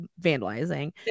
vandalizing